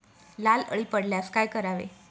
लाल अळी पडल्यास काय करावे?